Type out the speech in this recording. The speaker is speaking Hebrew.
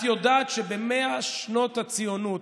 את יודעת שב-100 שנות הציונות